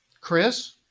Chris